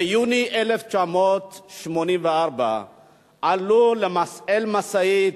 ביוני 1984 עלו על משאית,